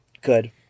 good